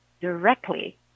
directly